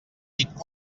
dit